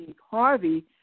Harvey